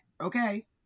Okay